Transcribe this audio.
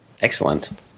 Excellent